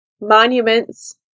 monuments